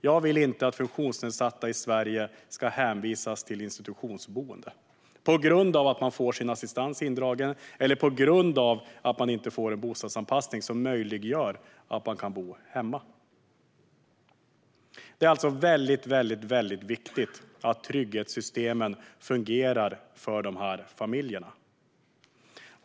Jag vill inte att funktionsnedsatta i Sverige ska hänvisas till institutionsboende på grund av att de får sin assistans indragen eller på grund av att de inte får en bostadsanpassning som möjliggör att de kan bo hemma. Det är alltså väldigt viktigt att trygghetssystemen fungerar för dessa familjer.